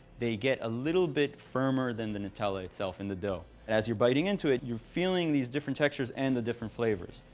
they get a little bit firmer than the nutella itself in the dough. as you're biting into it, you're feeling these different textures and the different flavors.